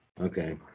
Okay